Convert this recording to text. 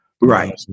Right